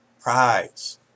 prize